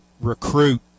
recruit